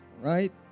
right